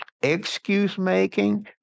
excuse-making